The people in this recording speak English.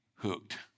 Hooked